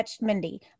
Mindy